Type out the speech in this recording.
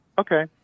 Okay